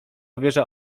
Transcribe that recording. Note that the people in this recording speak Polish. wieża